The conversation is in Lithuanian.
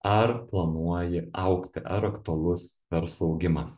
ar planuoji augti ar aktualus verslo augimas